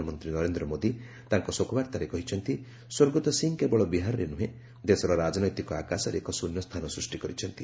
ପ୍ରଧାନମନ୍ତ୍ରୀ ନରେନ୍ଦ୍ର ମୋଦି ତାଙ୍କ ଶୋକବାର୍ତ୍ତାରେ କହିଛନ୍ତି ସ୍ୱର୍ଗତ ସିଂହ କେବଳ ବିହାରରେ ନୁହେଁ ଦେଶର ରାଜନୈତିକ ଆକାଶରେ ଏକ ଶୃନ୍ୟସ୍ଥାନ ସୃଷ୍ଟି କରିଛନ୍ତି